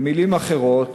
במילים אחרות,